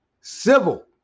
civil